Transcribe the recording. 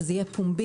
שזה יהיה פומבי,